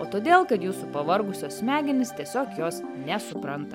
o todėl kad jūsų pavargusios smegenys tiesiog jos nesupranta